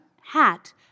hat